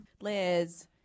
Liz